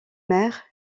maire